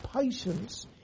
patience